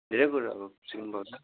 धेरै कुरा अब सिक्नु पाउँछ